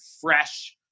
Fresh